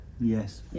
yes